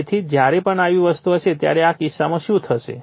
તેથી જ જ્યારે પણ આવી વસ્તુ હશે ત્યારે આ કિસ્સામાં શું થશે